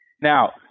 Now